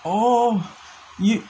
oh you